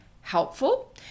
helpful